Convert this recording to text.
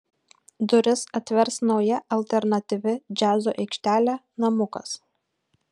duris atvers nauja alternatyvi džiazo aikštelė namukas